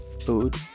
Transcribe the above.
food